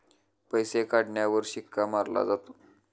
पैसे काढण्यावर शिक्का मारला जातो